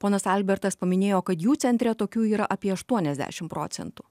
ponas albertas paminėjo kad jų centre tokių yra apie aštuoniasdešim procentų